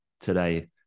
today